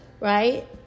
right